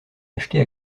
achetés